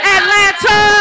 Atlanta